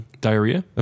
Diarrhea